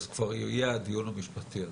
אז כבר יהיה הדיון המשפטי הזה.